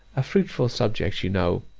a fruitful subject you know,